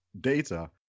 data